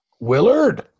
Willard